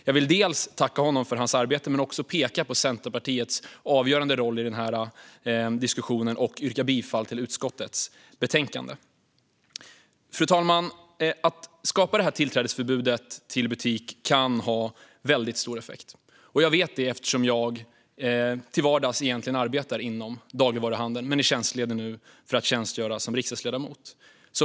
Jag vill tacka honom för hans arbete men också peka på Centerpartiets avgörande roll i den här diskussionen och yrka bifall till utskottets förslag. Fru talman! Att skapa detta tillträdesförbud till butik kan ha väldigt stor effekt. Jag vet det eftersom jag till vardags egentligen arbetar inom dagligvaruhandeln. Jag är dock tjänstledig nu för att tjänstgöra som riksdagsledamot.